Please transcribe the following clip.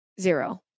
Zero